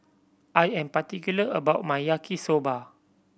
I am particular about my Yaki Soba